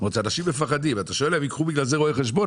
אתה שואל, האם ייקחו בגלל זה רואה חשבון?